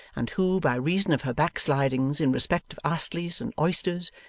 and who, by reason of her backslidings in respect of astley's and oysters,